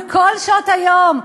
בכל שעות היום.